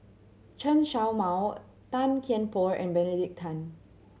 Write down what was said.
Chen Show Mao Tan Kian Por and Benedict Tan